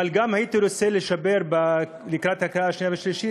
אבל גם הייתי רוצה לשפר לקראת הקריאה השנייה והשלישית,